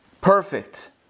Perfect